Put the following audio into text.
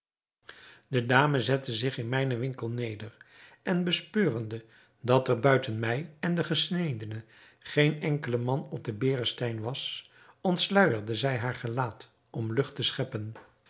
de dame zette zich in mijnen winkel neder en bespeurende dat er buiten mij en den gesnedene geen enkele man op den berestein was ontsluijerde zij haar gelaat om lucht te scheppen